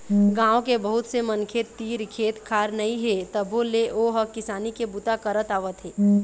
गाँव के बहुत से मनखे तीर खेत खार नइ हे तभो ले ओ ह किसानी के बूता करत आवत हे